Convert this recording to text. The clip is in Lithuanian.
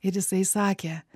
ir jisai sakė